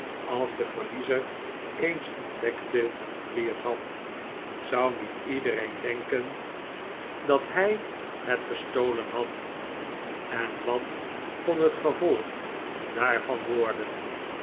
als de verliezer eens ontdekte wie het had zou niet iedereen denken de gevonden schat dat hij het gestolen had en wat kon het gevolg daarvan worden